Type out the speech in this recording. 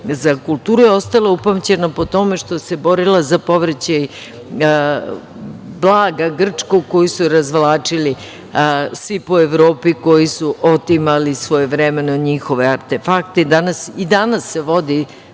za kulturu. Ostala je upamćena po tome što se borila za povraćaj blaga Grčkog koje su razvlačili svi po Evropi, koji su otimali svojevremeno njihove artefakte. I danas se vodi